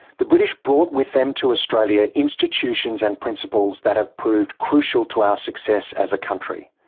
the british brought with them to australia institutions and principles that have proved crucial to our success as a country,